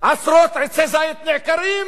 עשרות עצי זית נעקרים?